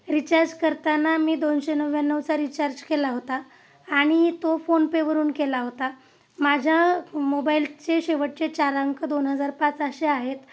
recharge करताना मी दोनशे नव्याण्णवचा रिचार्ज केला होता आणि तो फोनपेवरून केला होता माझ्या मोबाईलचे शेवटचे चार अंक दोन हजार पाच असे आहेत